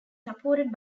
supported